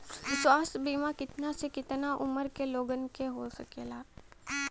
स्वास्थ्य बीमा कितना से कितना उमर के लोगन के हो सकेला?